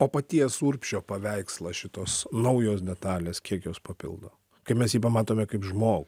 o paties urbšio paveikslą šitos naujos detalės kiek jos papildo kaip mes jį pamatome kaip žmogų